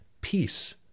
peace